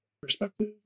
perspective